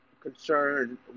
concern